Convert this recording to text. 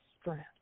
strength